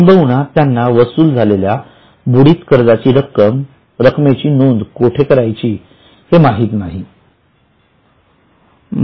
किंबहुना त्यांना वसूल झालेल्या बुडित कर्जाचा रकमेची नोंद कुठे करायची हे माहीत नाही